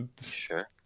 Sure